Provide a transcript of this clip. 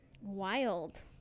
Wild